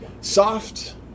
Soft